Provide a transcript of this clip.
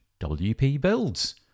WPBuilds